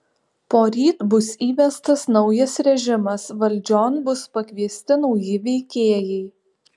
poryt bus įvestas naujas režimas valdžion bus pakviesti nauji veikėjai